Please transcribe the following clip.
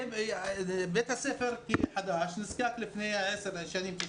בית ספר אחר נסגר לפני עשר שנים.